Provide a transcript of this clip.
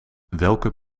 welke